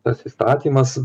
tas įstatymas